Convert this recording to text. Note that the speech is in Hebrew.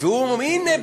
והוא אמר: הנה,